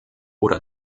oder